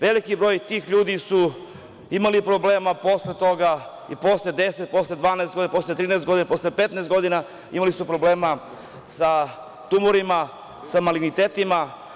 Veliki broj tih ljudi su imali problema posle toga i posle 10 i posle 12 godina, posle 13 godina, posle 15 godina, imali su problema sa tumorima, sa malignitetima.